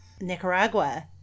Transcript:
Nicaragua